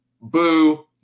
Boo